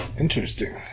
Interesting